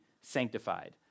sanctified